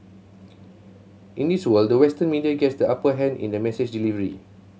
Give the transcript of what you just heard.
in this world the Western media gets the upper hand in the message delivery